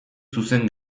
zuzen